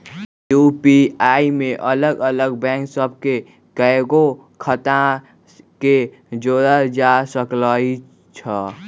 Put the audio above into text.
UPI में अलग अलग बैंक सभ के कएगो खता के जोड़ल जा सकइ छै